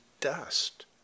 dust